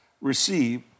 receive